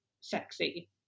sexy